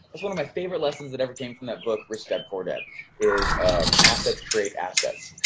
that's one of my favorite lessons that ever came from that book rich dad poor dad is assets create assets,